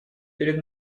перед